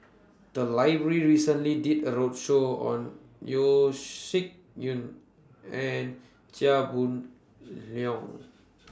The Library recently did A roadshow on Yeo Shih Yun and Chia Boon Leong